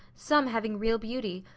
some having real beauty,